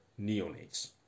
neonates